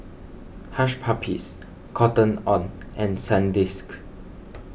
Hush Puppies Cotton on and Sandisk